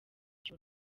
cy’u